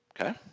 okay